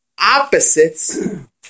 opposites